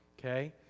okay